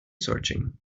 searching